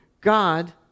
God